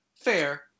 fair